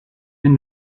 been